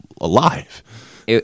alive